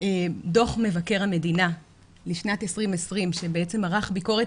דו"ח מבקר המדינה לשנת 2020 שערך ביקורת